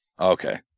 Okay